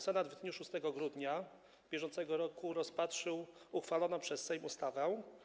Senat w dniu 6 grudnia br. rozpatrzył uchwaloną przez Sejm ustawę.